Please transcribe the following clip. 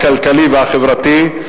הכלכלי והחברתי,